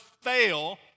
fail